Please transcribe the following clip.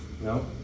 No